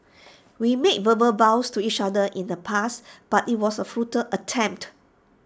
we made verbal vows to each other in the past but IT was A futile attempt